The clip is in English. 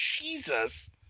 Jesus